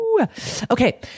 Okay